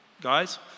guys